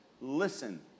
listen